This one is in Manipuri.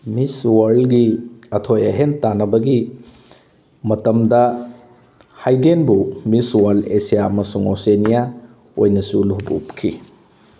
ꯃꯤꯁ ꯋꯥꯔꯜꯒꯤ ꯑꯊꯣꯏ ꯑꯍꯦꯟ ꯇꯥꯟꯅꯕꯒꯤ ꯃꯇꯝꯗ ꯍꯥꯏꯗꯦꯟꯕꯨ ꯃꯤꯁ ꯋꯥꯔꯜ ꯑꯦꯁꯤꯌꯥ ꯑꯃꯁꯨꯡ ꯑꯣꯁꯤꯅꯤꯌꯥ ꯑꯣꯏꯅꯁꯨ ꯂꯨꯍꯨꯞ ꯎꯞꯈꯤ